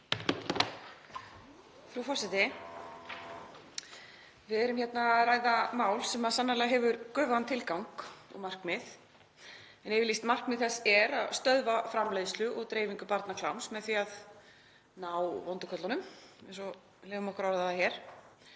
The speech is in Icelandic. Frú forseti. Við erum hérna að ræða mál sem sannarlega hefur göfugan tilgang og markmið. Yfirlýst markmið þess er að stöðva framleiðslu og dreifingu barnakláms með því að ná vondu körlunum, eins og við leyfum okkur að orða það.